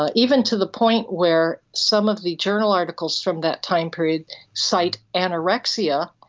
ah even to the point where some of the journal articles from that time period cite anorexia.